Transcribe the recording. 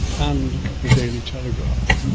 and the daily telegraph.